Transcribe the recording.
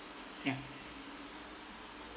ya